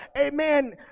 amen